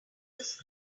this